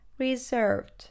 Reserved